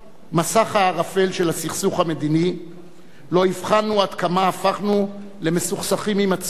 מסך הערפל של הסכסוך המדיני לא הבחנו עד כמה הפכנו למסוכסכים עם עצמנו.